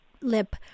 lip